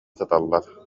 сыталлар